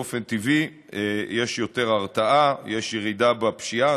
באופן טבעי יש יותר הרתעה ויש ירידה בפשיעה.